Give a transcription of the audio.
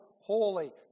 holy